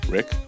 Rick